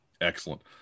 Excellent